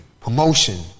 promotion